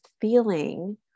feeling